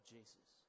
Jesus